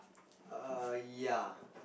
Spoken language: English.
err ya